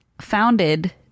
founded